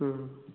ம்